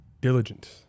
diligent